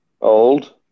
old